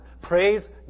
Praise